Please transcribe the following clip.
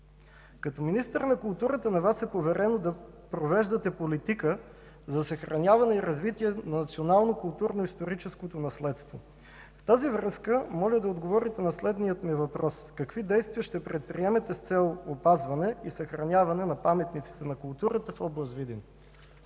Като министър на културата на Вас е поверено да провеждате политика за съхраняване и развитие на националното културно-историческо наследство. В тази връзка моля да отговорите на следния ми въпрос: какви действия ще предприемете с цел опазване и съхраняване на паметниците на културата в област Видин?